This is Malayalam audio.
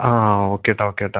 ആണോ ഓക്കെട്ടാ ഓക്കെട്ടാ